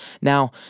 Now